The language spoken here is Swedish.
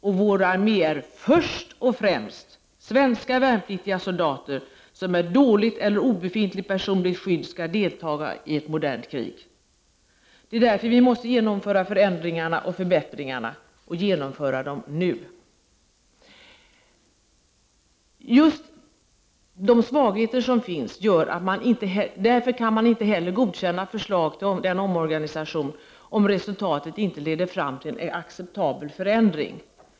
Och vår armé är först och främst svenska värnpliktiga soldater, som med dåligt eller obefintligt personligt skydd skall delta i ett modernt krig. Det är därför vi måste genomföra förändringarna och förbättringarna — och genomföra dem nu. Därför kan man inte heller godkänna förslag till omorganisation om resultatet inte leder fram till en acceptabel förändring.